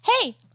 Hey